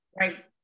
Right